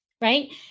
Right